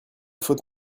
faute